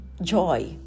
joy